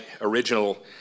original